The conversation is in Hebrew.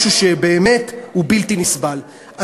משהו שהוא באמת בלתי נסבל.